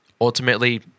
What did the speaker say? Ultimately